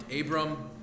Abram